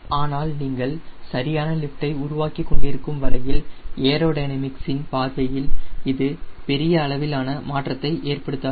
ஆனால் நீங்கள் சரியான லீஃப்டை உருவாக்கிக் கொண்டிருக்கும் வரையில் ஏரோடைனமிக்ஸ் இன் பார்வையில் இது பெரிய அளவிலான மாற்றத்தை ஏற்படுத்தாது